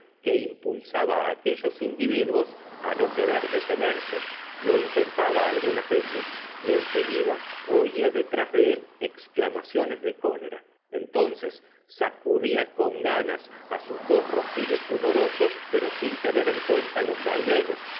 que impulsaba á aquellos individuos á no querer detenerse lo intentaba algunas veces y en seguida oia detrás de él exclamaciones de cólera entonces sacudía con ganas á sus dos rocines sudorosos pero rin tener en cuenta los vaivenes